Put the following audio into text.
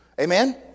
Amen